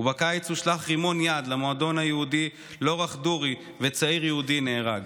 ובקיץ הושלך רימון יד למועדון היהודי "לורה כדורי" וצעיר יהודי נהרג.